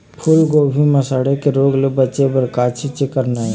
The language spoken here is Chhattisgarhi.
फूलगोभी म सड़े के रोग ले बचे बर का के छींचे करना ये?